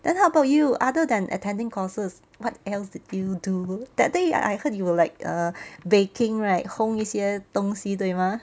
then how about you other than attending courses what else did you do that day I heard you were like err baking right 烘一些东西对吗